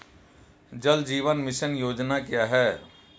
जल जीवन मिशन योजना क्या है?